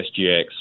SGX